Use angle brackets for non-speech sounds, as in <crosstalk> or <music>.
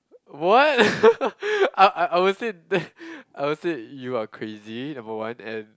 what <laughs> I I I would say that <laughs> I would say you are crazy number one and